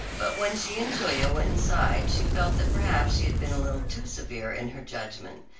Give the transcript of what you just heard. but when she and julia went inside she felt that perhaps she had been a little too severe in her judgment.